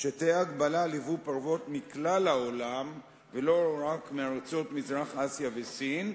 שתהיה הגבלה על ייבוא פרוות מכלל העולם ולא רק מארצות מזרח-אסיה וסין,